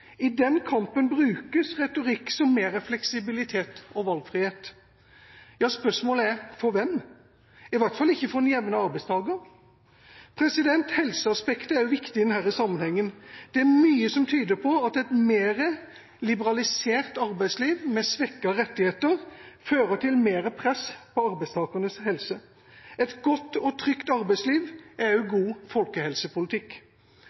I den kampen brukes retorikk som «mer fleksibilitet og valgfrihet», men spørsmålet er for hvem. Det er i hvert fall ikke for den jevne arbeidstaker. Helseaspektet er også viktig i denne sammenhengen. Det er mye som tyder på at et mer liberalisert arbeidsliv, med svekkede rettigheter, fører til mer press på arbeidstakernes helse. Et godt og trygt arbeidsliv er også god folkehelsepolitikk.